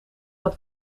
dat